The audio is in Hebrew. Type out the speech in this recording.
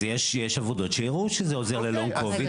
אז יש עבודות שהראו שזה עוזר ללונג קוביד.